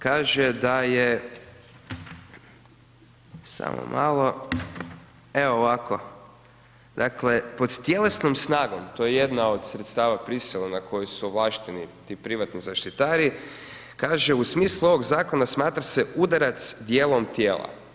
Kaže da je samo malo, evo ovako, dakle pod tjelesnom snagom, to je jedna od sredstava prisile na koju su ovlašteni ti privatni zaštitari, kaže u smislu ovog zakona smatra se udarac dijelom tijela.